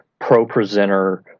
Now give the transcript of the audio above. ProPresenter